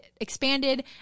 expanded